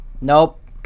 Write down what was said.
nope